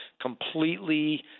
completely